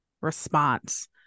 response